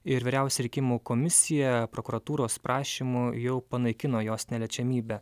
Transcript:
ir vyriausia rinkimų komisija prokuratūros prašymu jau panaikino jos neliečiamybę